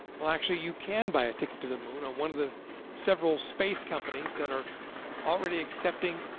well, actually you can buy a ticket to the moon on one of the several space companies that are already accepting